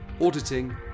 auditing